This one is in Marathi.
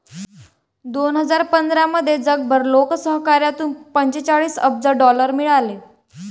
दोन हजार पंधरामध्ये जगभर लोकसहकार्यातून पंचेचाळीस अब्ज डॉलर मिळाले